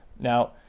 Now